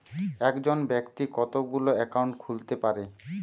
একজন ব্যাক্তি কতগুলো অ্যাকাউন্ট খুলতে পারে?